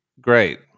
great